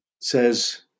says